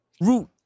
root